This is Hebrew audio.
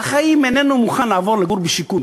בחיים איננו מוכן לעבור לגור בשיכון,